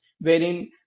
wherein